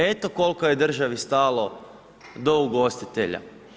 Eto, koliko je državi stalo do ugostitelja.